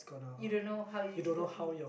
you don't know how it's